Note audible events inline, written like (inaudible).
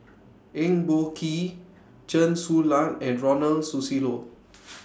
Eng Boh Kee Chen Su Lan and Ronald Susilo (noise)